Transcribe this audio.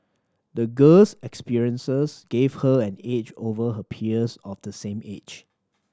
the girl's experiences gave her an edge over her peers of the same age